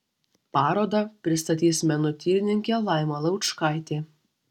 parodą pristatys menotyrininkė laima laučkaitė